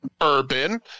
urban